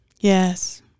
Yes